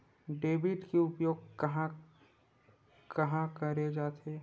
Debit के उपयोग कहां कहा करे जाथे?